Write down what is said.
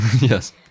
Yes